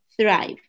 thrive